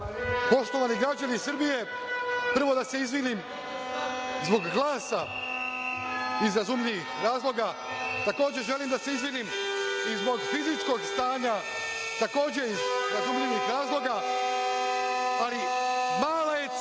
građani Srbije, prvo da se izvinim zbog glasa, iz razumljivih razloga. Takođe želim da se izvinim i zbog fizičkog stanja, takođe iz razumljivih razloga, ali mala